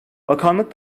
bakanlık